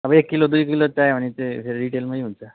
अब एक किलो दुई किलो चाहियो भने चाहिँ फेरि रिटेलमै हुन्छ